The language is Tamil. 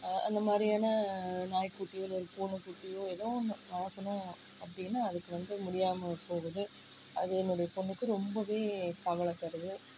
அந்தமாதிரியான நாய்க்குட்டியோ அல்லது பூனைக்குட்டியோ ஏதோ ஒன்று வளர்க்கணும் அப்படின்னா அதுக்கு வந்து முடியாமல் போகுது அது என்னுடைய பெண்ணுக்கு ரொம்பவே கவலை தருது